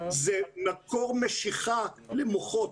זה מקור משיכה למוחות.